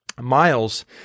miles